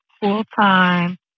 full-time